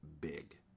big